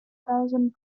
thousand